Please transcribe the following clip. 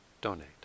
donate